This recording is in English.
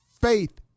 faith